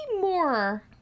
more